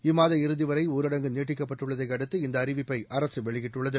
இம்மாத இறுதிவரை ஊரடங்கு நீட்டிக்கப்பட்டுள்ளதை அடுத்து இந்த அறிவிப்பை அரசு வெளியிட்டுள்ளது